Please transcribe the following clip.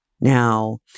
Now